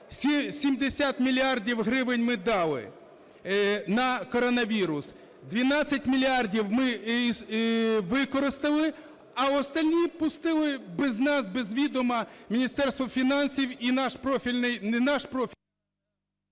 70 мільярдів гривень ми дали на коронавірус. 12 мільярдів ми використали, а остальні пустили без нас, без відома Міністерство фінансів і наш профільний,